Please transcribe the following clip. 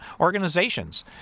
organizations